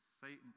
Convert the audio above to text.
Satan